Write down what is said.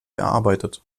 erarbeitet